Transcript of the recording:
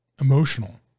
emotional